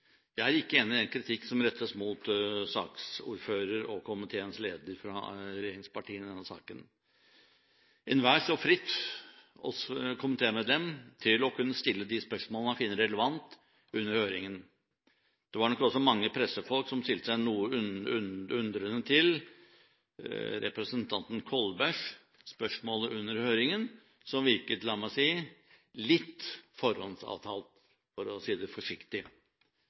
Jeg er ikke enig i den kritikk som rettes mot saksordføreren og komiteens leder fra regjeringspartiene i denne saken. Ethvert komitémedlem står fritt til å kunne stille de spørsmålene man finner relevant under høringen. Det var nok også mange pressefolk som stilte seg noe undrende til representanten Kolbergs spørsmål under høringen, som virket – la meg si – litt forhåndsavtalt, for å si det forsiktig.